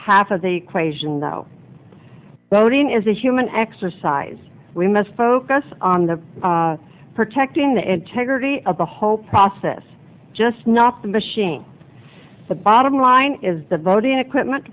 half of the equation though voting is a human exercise we must focus on the protecting the integrity of the whole process just not the machine the bottom line is the voting equipment